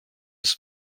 ist